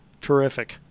Terrific